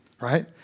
right